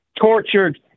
tortured